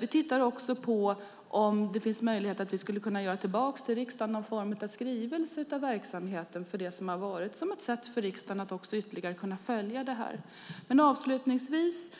Vi tittar också på om det finns möjlighet att komma tillbaka till riksdagen med någon form av skrivelse för verksamheten och det som har varit, som ett sätt för riksdagen att ytterligare kunna följa detta. Avslutningsvis